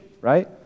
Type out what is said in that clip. right